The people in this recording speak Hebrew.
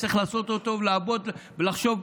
צריך לעשות אותו ולעבוד ולחשוב,